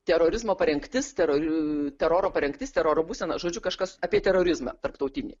terorizmo parengtis teror teroro parengtis teroro būsena žodžiu kažkas apie terorizmą tarptautinį